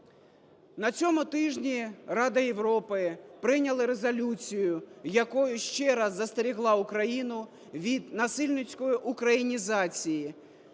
На цьому тижні Рада Європи прийняла резолюцію, якою ще раз застерегла Україну від насильницької українізації